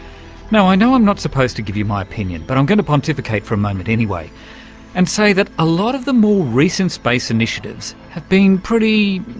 now, i know i'm not supposed to give you my opinion, but i'm going to pontificate for a moment anyway and say that a lot of the more recent space initiatives have been pretty,